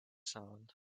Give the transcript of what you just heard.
sound